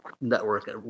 network